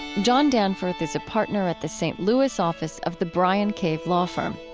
john danforth is a partner at the st. louis office of the bryan cave law firm.